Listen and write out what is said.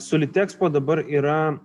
su litexpo dabar yra